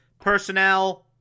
personnel